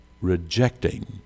rejecting